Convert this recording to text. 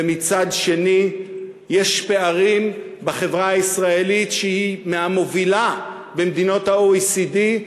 ומצד שני יש פערים בחברה הישראלית שהיא מהמובילות במדינות ה-OECD,